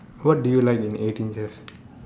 what do you like in eighteen chefs